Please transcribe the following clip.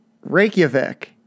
Reykjavik